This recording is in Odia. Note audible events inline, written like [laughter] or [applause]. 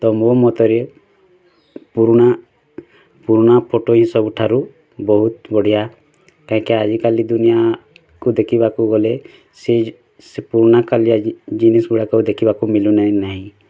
ତ ମୋ ମତରେ ପୁରୁଣା ପୁରୁଣା ଫଟୋ ହିସାବ ଠାରୁ ବହୁତ୍ ବଢ଼ିଆ କାଇଁ କି ଆଜି କାଲି ଦୁନିଆକୁ ଦେଖିବାକୁ ଗଲେ ସେ ସେ ପୁରୁଣା କାଳିଆ [unintelligible] ଜିନଷ୍ଗୁଡ଼ାକ୍ ଦେଖିବାକୁ ମିଳୁ ନାଇ ନାଇ